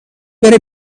بره